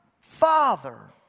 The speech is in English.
Father